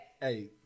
Hey